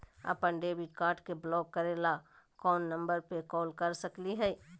अपन debit card के block करे ला कौन नंबर पे कॉल कर सकली हई?